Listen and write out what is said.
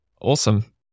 Awesome